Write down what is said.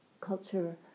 culture